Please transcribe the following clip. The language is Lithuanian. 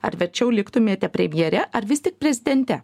ar verčiau liktumėte premjere ar vis tik prezidente